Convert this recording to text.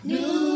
New